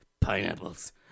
pineapples